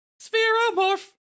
Spheromorph